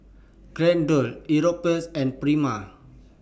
Geraldton Europace and Prima